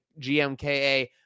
GMKA